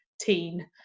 Teen